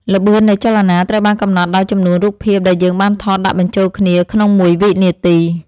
ល្បឿននៃចលនាត្រូវបានកំណត់ដោយចំនួនរូបភាពដែលយើងបានថតដាក់បញ្ចូលគ្នាក្នុងមួយវិនាទី។